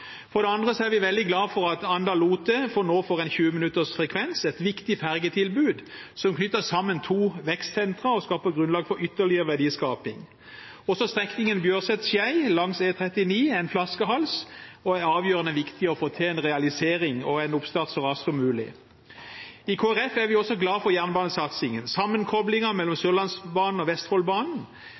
For det andre er vi veldig glade for at Anda–Lote nå får en 20 minutters frekvens, det er et viktig fergetilbud som knytter sammen to vekstsentre og skaper grunnlag for ytterligere verdiskaping. For det tredje er strekningen Bjørset–Skei langs E39 en flaskehals, og det er avgjørende viktig å få til en realisering og en oppstart så raskt som mulig. I Kristelig Folkeparti er vi også glade for jernbanesatsingen: sammenkoblingen mellom Sørlandsbanen og Vestfoldbanen,